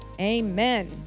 Amen